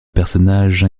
personnages